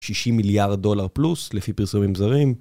60 מיליארד דולר פלוס לפי פרסומים זרים